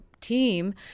team